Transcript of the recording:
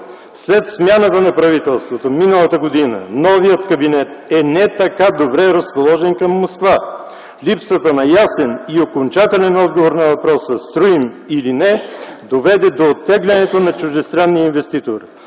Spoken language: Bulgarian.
„След смяната на правителството миналата година новият кабинет не е така добре разположен към Москва. Липсата на ясен и окончателен отговор на въпроса „строим или не” доведе до оттеглянето на чуждестранния инвеститор.